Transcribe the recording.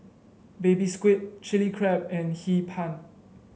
Baby Squid Chili Crab and Hee Pan